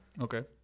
Okay